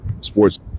sports